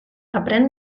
aprén